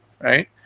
right